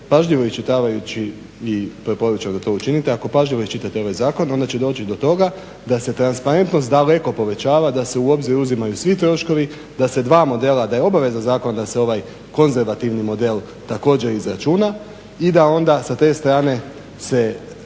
pažljivo iščitavajući i preporučam da to učinite, ako pažljivo iščitate ovaj zakon onda će doći do toga da se transparentnost daleko povećava, da se u obzir uzimaju svi troškovi, da se dva modela da je obavezan zakon da se ovaj konzervativni model također izračuna i da onda sa te strane se